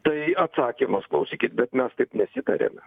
tai atsakymas klausykit bet mes taip nesitarėme